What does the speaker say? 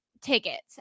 tickets